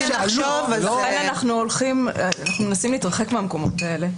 אנחנו מנסים להתרחק מהמקומות האלה.